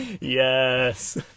Yes